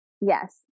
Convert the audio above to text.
Yes